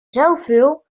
zoveel